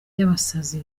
y’abasazi